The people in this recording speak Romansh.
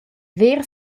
ver